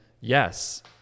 Yes